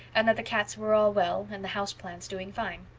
and that the cats were all well, and the house plants doing fine.